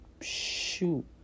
shoot